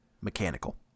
mechanical